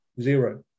Zero